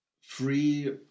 free